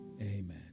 Amen